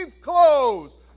clothes